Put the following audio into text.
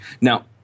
Now